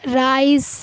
rice